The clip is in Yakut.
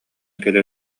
кэлэ